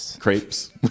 crepes